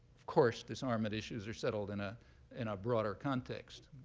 of course disarmament issues are settled in ah in a broader context,